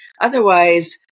Otherwise